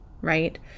right